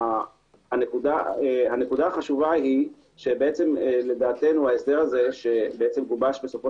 הנקודה החשובה היא שלדעתנו ההסדר הזה, שמונח